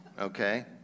okay